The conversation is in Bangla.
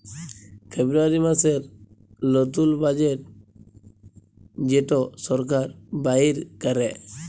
ফেব্রুয়ারী মাসের লতুল বাজেট যেট সরকার বাইর ক্যরে